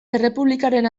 errepublikaren